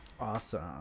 Awesome